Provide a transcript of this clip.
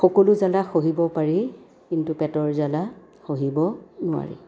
সকলো জ্বালা সহিব পাৰি কিন্তু পেটৰ জ্বালা সহিব নোৱাৰি